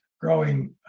growing